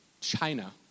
China